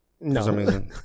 No